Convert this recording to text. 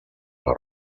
les